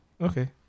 Okay